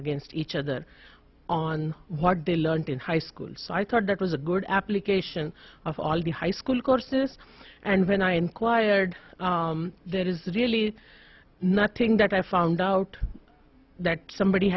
against each other on what they learned in high school so i thought that was a good application of all the high school courses and when i inquired that is really nothing that i found out that somebody